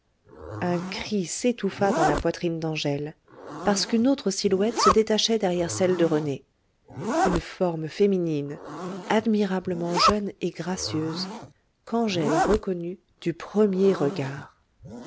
un cri s'étouffa dans la poitrine d'angèle parce qu'une autre silhouette se détachait derrière celle de rené une forme féminine admirablement jeune et gracieuse qu'angèle reconnut du premier regard